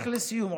איך לסיום?